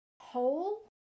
hole